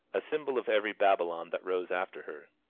a symbol of every babylon that rose after her.